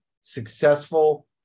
successful